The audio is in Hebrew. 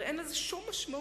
הרי אין לזה שום משמעות.